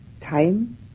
Time